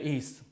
East